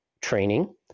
training